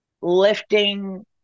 lifting